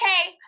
okay